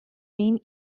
این